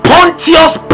Pontius